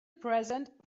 present